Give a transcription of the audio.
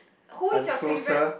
who is your favourite